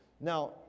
Now